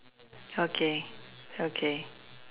okay okay